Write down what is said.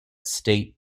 state